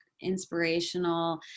inspirational